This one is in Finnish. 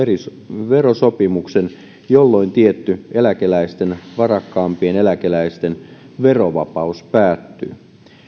verosopimuksen jolloin tietty varakkaampien eläkeläisten verovapaus päättyy